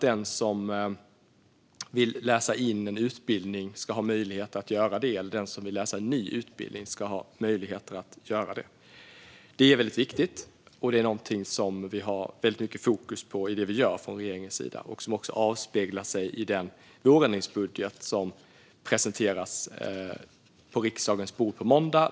Den som vill läsa in en utbildning ska ha möjlighet att göra det, och den som vill läsa en ny utbildning ska ha möjlighet att göra det. Detta är viktigt, och det är något som vi har väldigt mycket fokus på i det vi gör från regeringens sida och som också avspeglar sig i den vårändringsbudget som presenteras i riksdagen på måndag.